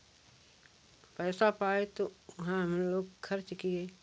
पैसा पाए तो हम लोग खर्च किए